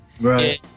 Right